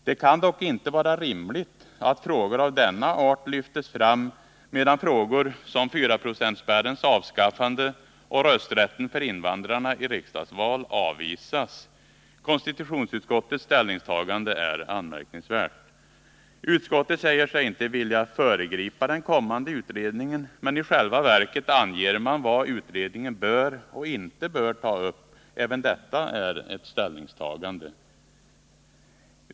Det kan dock inte vara rimligt att frågor av denna art lyftes fram medan frågor som fyraprocentspärrens avskaffande och rösträtten för invandrarna i riksdagsval avvisas. Konstitutionsutskottets ställningstagande är anmärkningsvärt. Utskottet säger sig inte vilja föregripa den kommande utredningen, men i själva verket anger man vad utredningen bör och inte bör ta upp. Även detta är ett ställningstagande.